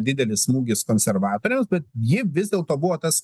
didelis smūgis konservatoriams bet ji vis dėlto buvo tas